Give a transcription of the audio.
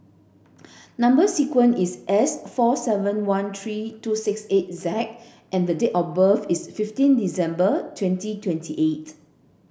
number sequence is S four seven one three two six eight Z and the date of birth is fifteen December twenty twenty eight